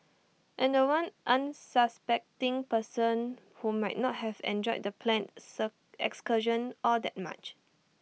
and The One unsuspecting person who might not have enjoyed the planned sir excursion all that much